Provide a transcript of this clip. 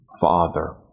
father